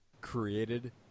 created